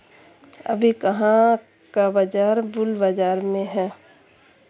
अभी कहाँ का बाजार बुल बाजार में है?